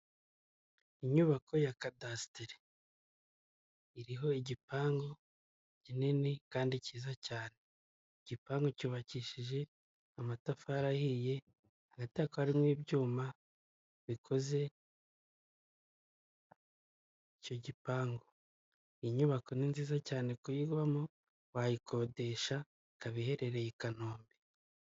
Inyubako ya kadasiteri, iriho igipangu kinini kandi cyiza cyane. Igipangu cyubakishije amatafari ahiye, hagati hakaba harimo ibyuma bikoze icyo gipangu. Iyi nyubako ni nziza cyane kuyibamo wayikodesha ikaba iherereye i Kanombe.